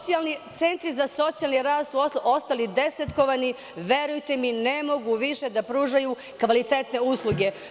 Centri za socijalni rad su ostali desetkovani, verujte mi, ne mogu više da pružaju kvalitetne usluge.